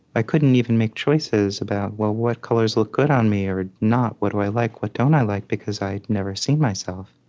i couldn't even make choices about, well, what colors look good on me or not? what do i like? what don't i like? because i'd never seen myself.